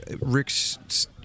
rick's